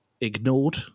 ignored